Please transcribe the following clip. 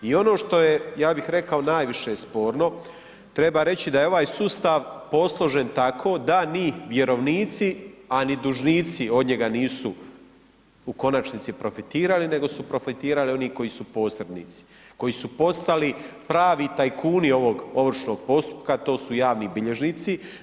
I ono što je ja bih rekao najviše sporno, treba reći da je ovaj sustav posložen tako da ni vjerovnici a ni dužnici od njega nisu u konačnici profitirali nego su profitirali oni koji su posrednici, koji su postali pravi tajkuni ovog ovršnog postupka a to su javni bilježnici.